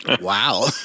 Wow